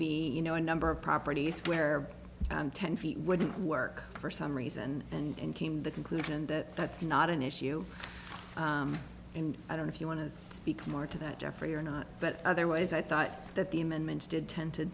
be you know a number of properties where ten feet wouldn't work for some reason and came the conclusion that that's not an issue and i don't if you want to speak more to that jeffrey or not but otherwise i thought that the amendments did tend to